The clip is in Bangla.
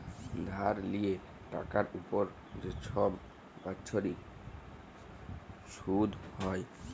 ধার লিয়ে টাকার উপর যা ছব বাচ্ছরিক ছুধ হ্যয়